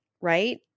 Right